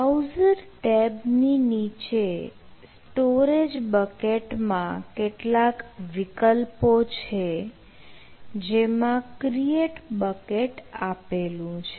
browser tab ની નીચે storage bucket માં કેટલાક વિકલ્પો છે જેમાં ક્રીએટ બકેટ આપેલું છે